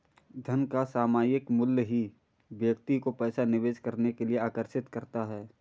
धन का सामायिक मूल्य ही व्यक्ति को पैसा निवेश करने के लिए आर्कषित करता है